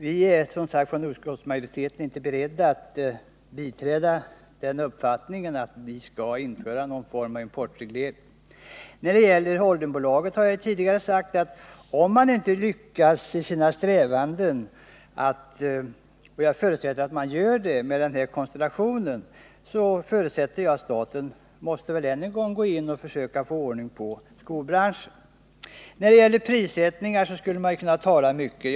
Vi är som sagt från utskottsmajoriteten inte beredda att biträda uppfattningen att vi skall införa någon form av importreglering. När det gäller holdingbolaget har jag tidigare sagt att om man inte lyckas i sina strävanden — men jag förutsätter att man gör det med denna konstellation — måste väl staten än en gång gå in för att försöka få ordning på skobranschen. Vad beträffar prissättningar skulle man kunna säga mycket.